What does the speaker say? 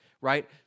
right